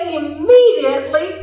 immediately